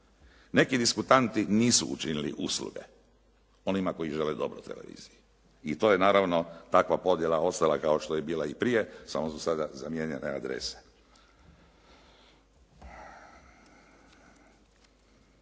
Neki diskutanti nisu učinili usluge onima koji žele dobro televiziji i to je naravno takva podjela ostala kao što je bila i prije samo su sada zamijenjene adrese.